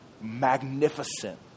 magnificent